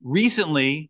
recently